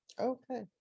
Okay